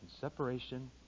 separation